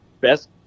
Best